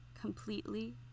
completely